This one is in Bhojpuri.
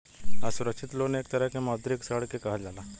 असुरक्षित लोन एक तरह के मौद्रिक ऋण के कहल जाला